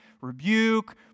rebuke